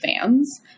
fans